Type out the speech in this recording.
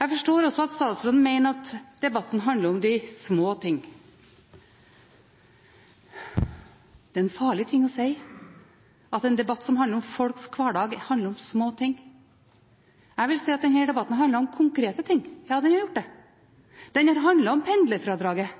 Jeg forstår også at statsråden mener at debatten handler om de små ting. Det er en farlig ting å si, at en debatt som handler om folks hverdag, handler om små ting. Jeg vil si at denne debatten har handlet om konkrete ting – ja, den har gjort det. Den har handlet om kuttet i pendlerfradraget